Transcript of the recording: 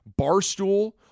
Barstool